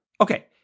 Okay